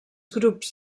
grups